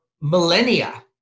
millennia